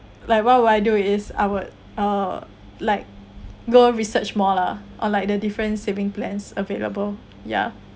like what would I do is I would uh like go research more lah on like the different saving plans available ya